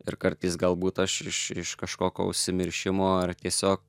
ir kartais galbūt aš iš iš kažkokio užsimiršimo ar tiesiog